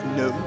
no